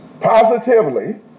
positively